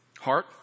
heart